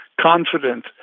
confident